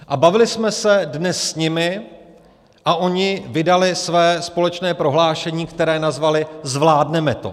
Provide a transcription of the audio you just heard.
A bavili jsme dnes s nimi a oni vydali své společné prohlášení, které nazvali Zvládneme to.